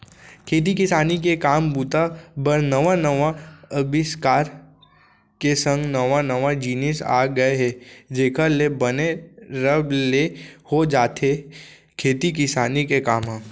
खेती किसानी के काम बूता बर नवा नवा अबिस्कार के संग नवा नवा जिनिस आ गय हे जेखर ले बने रब ले हो जाथे खेती किसानी के काम ह